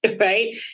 right